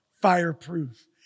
fireproof